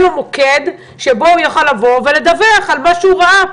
לו מוקד שבו הוא יוכל לדווח על מה שהוא ראה.